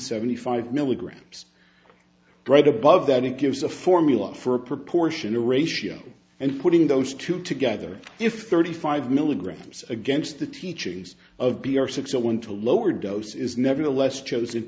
seventy five milligrams right above that it gives a formula for a proportional ratio and putting those two together if thirty five milligrams against the teachings of b r six or one to a lower dose is nevertheless chosen